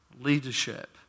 leadership